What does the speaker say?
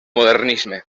modernisme